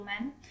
men